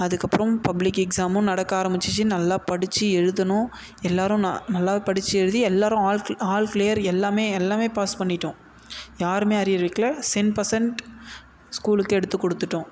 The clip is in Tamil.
அதுக்கப்புறம் பப்ளிக் எக்ஸாமும் நடக்க ஆரம்பிச்சுச்சு நல்லா படித்து எழுதுனோம் எல்லோரும் ந நல்லா படித்து எழுதி எல்லோரும் ஆல் க்ளி ஆல் க்ளியர் எல்லாருமே எல்லாருமே பாஸ் பண்ணிவிட்டோம் யாருமே அரியர் வெக்கலை சென்ட் பர்சன்ட் ஸ்கூலுக்கு எடுத்துக் கொடுத்துட்டோம்